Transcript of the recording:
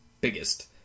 biggest